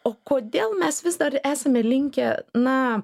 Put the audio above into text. o kodėl mes vis dar esame linkę na